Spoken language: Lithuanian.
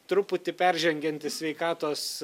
truputį peržengianti sveikatos